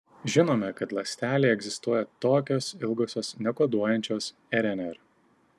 žinome kad ląstelėje egzistuoja tokios ilgosios nekoduojančios rnr